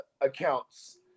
accounts